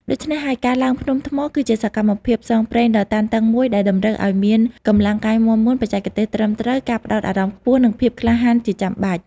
ដូច្នេះហើយ ការឡើងភ្នំថ្ម គឺជាសកម្មភាពផ្សងព្រេងដ៏តានតឹងមួយដែលតម្រូវឱ្យមានកម្លាំងកាយមាំមួន បច្ចេកទេសត្រឹមត្រូវ ការផ្តោតអារម្មណ៍ខ្ពស់ និងភាពក្លាហានជាចាំបាច់។